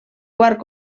quart